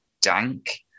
Dank